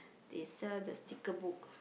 they sell the sticker book